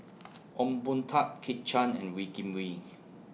Ong Boon Tat Kit Chan and Wee Kim Wee